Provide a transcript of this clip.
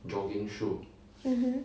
mmhmm